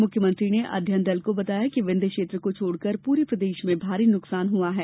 मुख्यमंत्री ने अध्ययन दल को बताया कि विन्ध्य क्षेत्र को छोड़कर पूरे प्रदेश में भारी नुकसान हुआ है